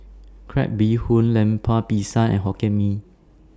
Crab Bee Hoon Lemper Pisang and Hokkien Mee